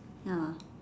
ya